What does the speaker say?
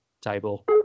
table